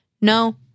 no